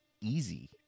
easy